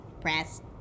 Press